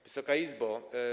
Wysoka Izbo!